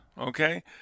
okay